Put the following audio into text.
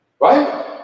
Right